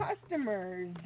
customers